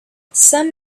some